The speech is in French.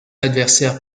adversaire